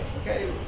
Okay